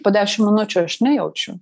po dešim minučių aš nejaučiu